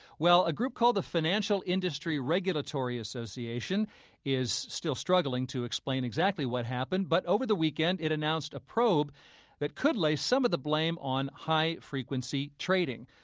well, a group called the financial industry regulatory association is still struggling to explain exactly what happened. but over the weekend, it announced a probe that could lay some of the blame on high-frequency trading.